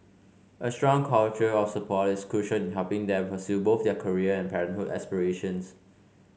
a strong culture of support is crucial in helping them pursue both their career and parenthood aspirations